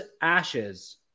ashes